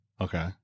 Okay